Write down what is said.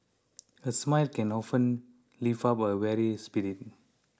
a smile can often lift up a weary spirit